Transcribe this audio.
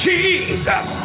Jesus